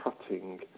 cutting